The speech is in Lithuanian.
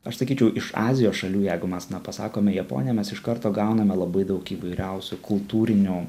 aš sakyčiau iš azijos šalių jeigu mas na pasakome japonija mes iš karto gauname labai daug įvairiausių kultūrinių